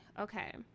Okay